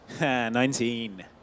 Nineteen